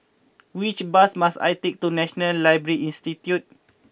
which bus must I take to National Library Institute